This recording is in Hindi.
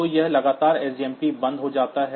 तो यह लगातार सजमप बंद हो जाता है